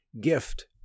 gift